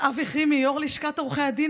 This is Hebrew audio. חברי כנסת נכבדים,